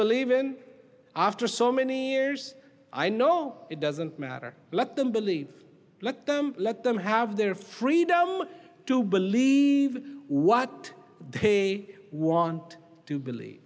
believe in after so many years i know it doesn't matter let them believe let them let them have their freedom to believe what they want to believe